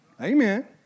Amen